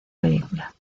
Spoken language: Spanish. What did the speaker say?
película